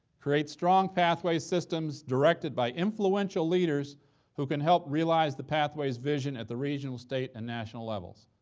create strong pathways systems directed by influential leaders who can help realize the pathways vision at the regional, state, and national levels.